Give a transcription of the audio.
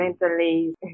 mentally